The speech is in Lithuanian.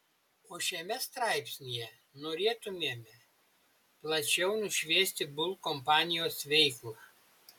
o šiame straipsnyje norėtumėme plačiau nušviesti bull kompanijos veiklą